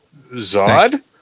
Zod